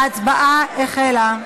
ההצבעה החלה.